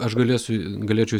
aš galėsiu galėčiau